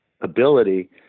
ability